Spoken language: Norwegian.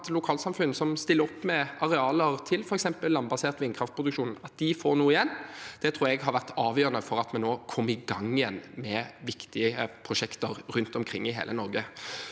lokalsamfunn som stiller opp med arealer til f.eks. landbasert vindkraftproduksjon, får noe igjen – tror jeg har vært avgjørende for at vi nå kom i gang igjen med viktige prosjekter rundt omkring i hele Norge.